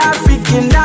African